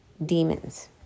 Demons